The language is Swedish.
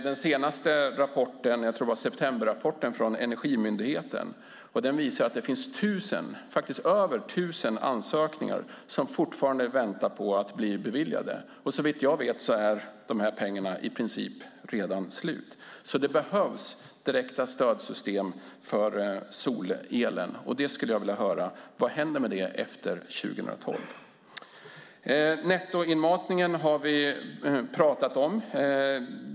Den senaste rapporten från Energimyndigheten - jag tror att det var septemberrapporten - visar att det finns över tusen ansökningar som fortfarande väntar på att bli beviljade. Såvitt jag vet är pengarna i princip redan slut. Det behövs direkta stödsystem för solel. Jag skulle vilja veta vad som händer med det efter 2012. Nettoinmatningen har vi pratat om.